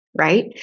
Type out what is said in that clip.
right